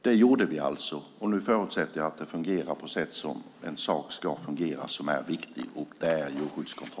Det gjorde vi, och nu förutsätter jag att djurskyddskontrollen fungerar på det sätt som denna viktiga sak ska fungera.